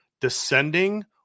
descending